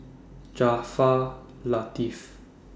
Jaafar Latiff